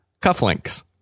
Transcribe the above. Cufflinks